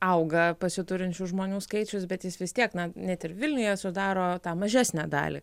auga pasiturinčių žmonių skaičius bet jis vis tiek na net ir vilniuje sudaro tą mažesnę dalį